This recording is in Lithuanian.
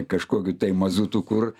kažkokiu tai mazutu kur